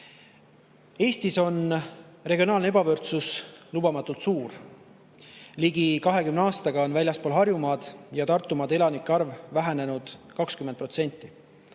eelnõu. Eestis on regionaalne ebavõrdsus lubamatult suur. Ligi 20 aastaga on väljaspool Harjumaad ja Tartumaad elanike arv vähenenud 20%.